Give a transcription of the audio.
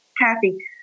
Kathy